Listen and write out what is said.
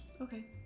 Okay